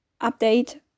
update